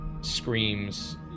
screams